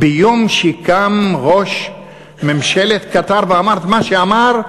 ביום שקם ראש ממשלת קטאר ואמר את מה שאמר,